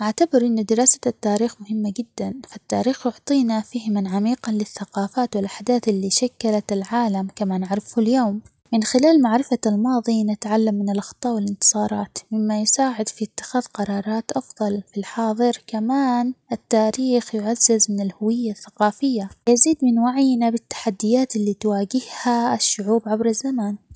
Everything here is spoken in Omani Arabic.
أعتبر إنو دراسة التاريخ مهمة جداً فالتاريخ يعطينا فهماً عميقاً للثقافات والأحداث اللي شكلت العالم كما نعرفه اليوم، من خلال معرفة الماضي نتعلم من الأخطاء والانتصارات؛ مما يساعد في اتخاذ قرارات أفضل في الحاضر، كمان التاريخ يعزز من الهوية الثقافية يزيد من وعينا بالتحديات اللي تواجهها الشعوب عبر الزمن.